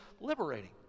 liberating